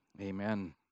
Amen